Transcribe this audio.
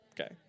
Okay